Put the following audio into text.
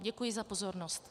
Děkuji za pozornost.